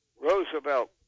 Roosevelt